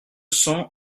sang